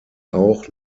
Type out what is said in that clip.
auch